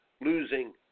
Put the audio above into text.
losing